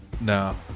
No